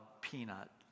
Peanut